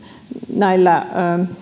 näillä